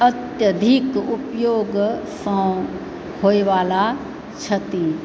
अत्यधिक उपयोगसँ होय वाला क्षति